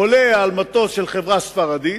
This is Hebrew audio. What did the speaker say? עולה למטוס של חברה ספרדית,